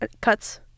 Cuts